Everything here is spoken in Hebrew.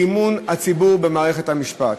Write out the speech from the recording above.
באמון הציבור במערכת המשפט.